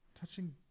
touching